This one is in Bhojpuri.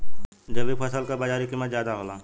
जैविक फसल क बाजारी कीमत ज्यादा होला